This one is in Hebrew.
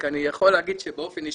כי אני יכול להגיד שבאופן אישי,